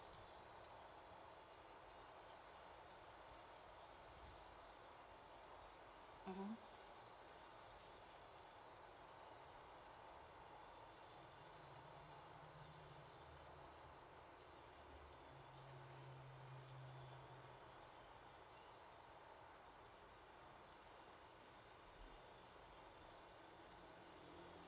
mmhmm